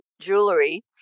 jewelry